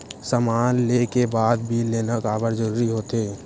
समान ले के बाद बिल लेना काबर जरूरी होथे?